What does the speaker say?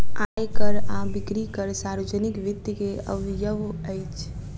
आय कर आ बिक्री कर सार्वजनिक वित्त के अवयव अछि